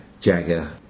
jagger